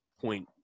point